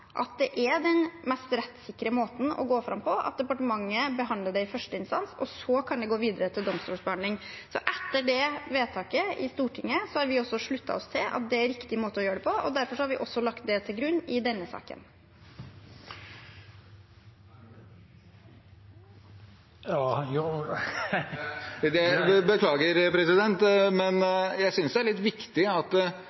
at det er den mest rettssikre måten å gå fram på, at departementet behandler det i første instans og det så kan gå videre til domstolsbehandling. Etter det vedtaket i Stortinget har også vi sluttet oss til at det er riktig måte å gjøre det på, og derfor har vi også lagt det til grunn i denne saken. Jeg synes det